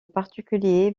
particulier